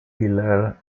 pilar